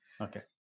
Okay